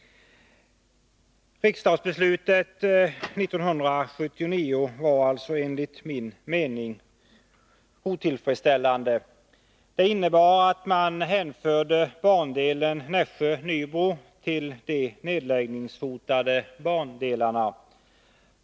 Riksdagsbeslutet 1979 var alltså enligt min mening otillfredsställande. Det innebar att man hänförde bandelen Nässjö-Nybro till de nedläggningshotade bandelarna.